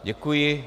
Děkuji.